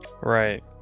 Right